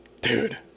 Dude